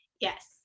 Yes